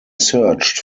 searched